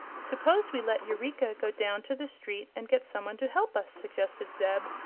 suppose we let eureka go down to the street and get some one to help us, suggested zeb,